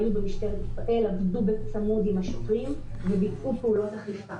היו במשטרת ישראל ועבדו בצמוד עם השוטרים וביצעו פעולות אכיפה.